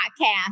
podcast